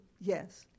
Yes